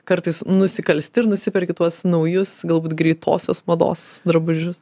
kartais nusikalsti ir nusiperki tuos naujus galbūt greitosios mados drabužius